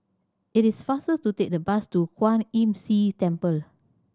it is faster to take the bus to Kwan Imm See Temple